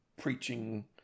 preaching